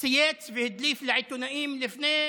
צייץ והדליף לעיתונאים לפני